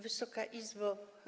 Wysoka Izbo!